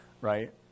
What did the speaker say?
right